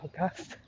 podcast